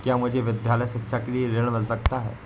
क्या मुझे विद्यालय शिक्षा के लिए ऋण मिल सकता है?